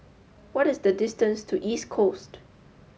what is the distance to East Coast